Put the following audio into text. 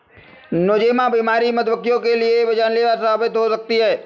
Nosema बीमारी मधुमक्खियों के लिए जानलेवा साबित हो सकती है